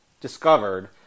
discovered